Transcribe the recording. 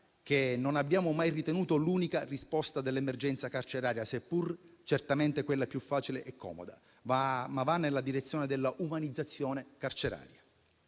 che non abbiamo mai ritenuto l'unica risposta dell'emergenza carceraria, seppur certamente quella più facile e comoda, ma va nella direzione dell'umanizzazione carceraria.